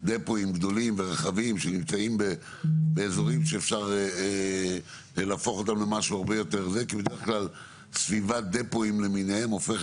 ושיאפשרו באמת את זכות המימוש הזאת וכל בן אדם יוכל